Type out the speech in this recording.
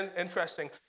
interesting